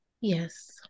Yes